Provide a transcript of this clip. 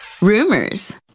rumors